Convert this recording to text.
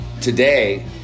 today